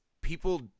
people